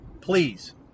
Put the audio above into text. please